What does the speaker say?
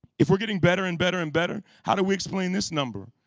if we're getting better and better and better how do we explain this number?